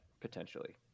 potentially